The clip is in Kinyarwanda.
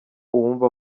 uwumva